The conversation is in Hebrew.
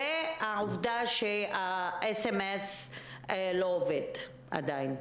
והעובדה שהסמס לא עובד עדיין.